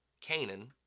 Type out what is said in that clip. Canaan